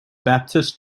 baptist